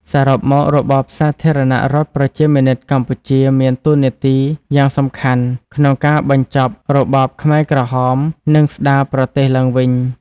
សរុបមក របបសាធារណរដ្ឋប្រជាមានិតកម្ពុជាមានតួនាទីយ៉ាងសំខាន់ក្នុងការបញ្ចប់របបខ្មែរក្រហម និងស្ដារប្រទេសឡើងវិញ។